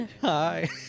Hi